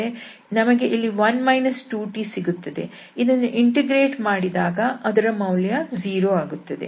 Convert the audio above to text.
ನಮಗೆ ಇಲ್ಲಿ 1 2t ಸಿಗುತ್ತದೆ ಇದನ್ನು ಇಂಟಿಗ್ರೇಟ್ ಮಾಡಿದಾಗ ಅದರ ಮೌಲ್ಯ 0 ಆಗುತ್ತದೆ